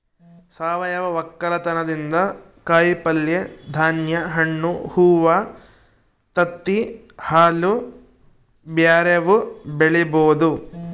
ಸಾವಯವ ವಕ್ಕಲತನದಿಂದ ಕಾಯಿಪಲ್ಯೆ, ಧಾನ್ಯ, ಹಣ್ಣು, ಹೂವ್ವ, ತತ್ತಿ, ಹಾಲು ಬ್ಯೆರೆವು ಬೆಳಿಬೊದು